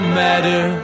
matter